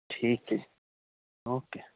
ਠੀਕ ਹੈ ਜੀ ਓਕੇ